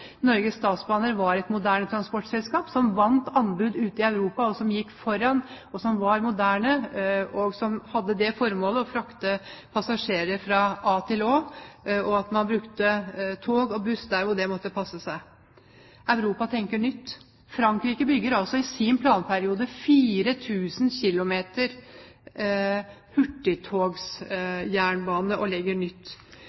Norges Statsbaner var et moderne transportselskap, som vant anbud ute i Europa, som gikk foran, som hadde til formål å frakte passasjerer fra a til å, og at man brukte tog og buss der det måtte passe. Europa tenker nytt. Frankrike bygger i sin planperiode